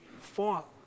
fall